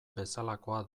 bezalakoa